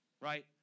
right